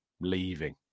leaving